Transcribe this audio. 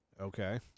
Okay